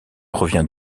revient